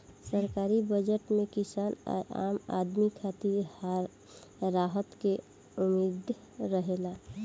सरकारी बजट में किसान आ आम आदमी खातिर राहत के उम्मीद रहेला